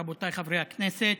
רבותיי חברי הכנסת,